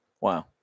Wow